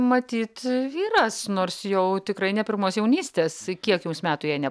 matyt vyras nors jau tikrai ne pirmos jaunystės kiek jums metų jei ne